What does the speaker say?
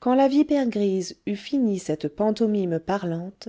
quand la vipère grise eut fini cette pantomime parlante